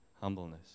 humbleness